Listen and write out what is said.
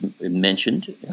mentioned